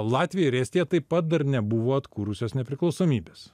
latvija ir estija taip pat dar nebuvo atkūrusios nepriklausomybės